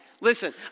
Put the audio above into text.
Listen